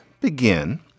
begin